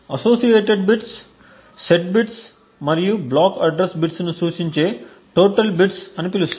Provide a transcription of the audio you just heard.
associated bits set bits మరియు block address బిట్స్ను సూచించే టోటల్ బిట్స్అని పిలుస్తారు